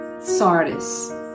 Sardis